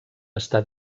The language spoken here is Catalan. està